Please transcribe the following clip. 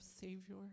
Savior